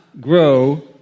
grow